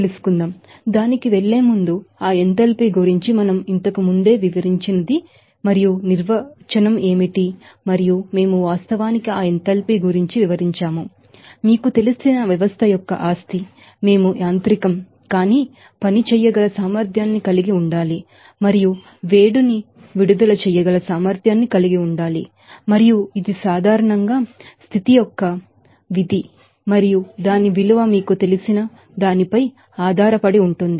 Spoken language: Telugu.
కాబట్టి ఆ ఎంథాల్పీ గురించి మనం ఇంతకు ముందే వివరించిన మరియు నిర్వచనం ఏమిటి మరియు మేము వాస్తవానికి ఆ ఎంథాల్పీ గురించి వివరించాము మీకు తెలిసిన ప్రాపర్టీ ఆఫ్ సిస్టం మేము యాంత్రికం కాని పని చేయగలసామర్థ్యాన్ని కలిగి ఉండాలి మరియు వేడిని విడుదల చేయగల సామర్థ్యాన్ని కలిగి ఉండాలి మరియు ఇది సాధారణంగా ఫంక్షన్ స్టేట్ మరియు దాని విలువ మీకు తెలిసిన దానిపై ఆధారపడి ఉంటుంది